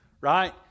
right